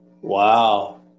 Wow